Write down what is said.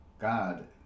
God